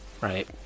right